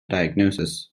diagnosis